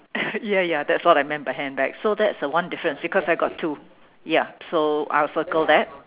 ya ya that's what I meant by handbags so that's the one difference because I got two ya so I'll circle that